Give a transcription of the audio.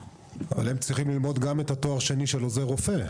אבל הם צריכים ללמוד גם את התואר השני של עוזר רופא.